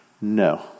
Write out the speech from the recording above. No